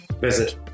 Visit